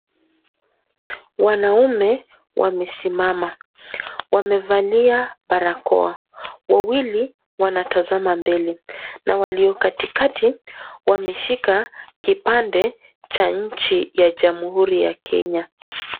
Wanaume wamesimama wamevalia barakoa wawili wanatazama mbele na walio katikati wameshika kipande cha jamuhuri ya Kenya.